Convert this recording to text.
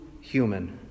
human